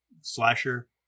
slasher